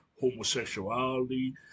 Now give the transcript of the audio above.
homosexuality